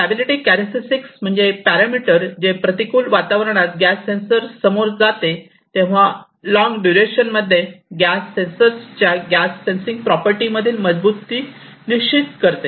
stability characteristics म्हणजे parameter जे प्रतिकूल वातावरणात गॅस सेन्सर सामोरे जाते तेव्हा लॉंग दुरेशन मध्ये गॅस सेन्सरच्या गॅस सेन्सिंग प्रॉपर्टीमधील मजबुती निश्चित करते